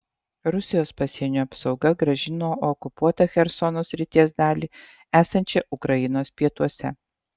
rusijos pasienio apsauga grąžino okupuotą chersono srities dalį esančią ukrainos pietuose